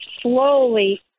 slowly